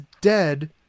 dead